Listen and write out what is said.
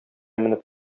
менеп